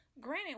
Granted